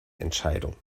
entscheidung